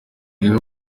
bihugu